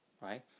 right